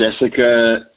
Jessica